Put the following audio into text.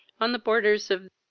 on the boarders of,